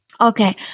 Okay